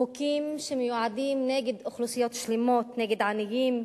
חוקים שמיועדים נגד אוכלוסיות שלמות, נגד עניים,